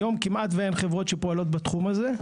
היום כמעט אין חברות שפועלות בתחום הזה,